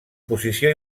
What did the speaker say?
posició